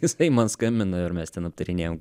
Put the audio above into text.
jisai man skambino ir mes ten aptarinėjom